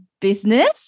business